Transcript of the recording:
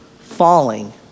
falling